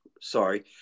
sorry